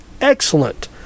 excellent